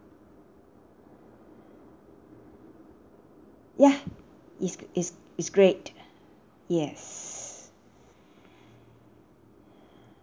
ya it's it's it's great yes